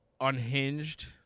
unhinged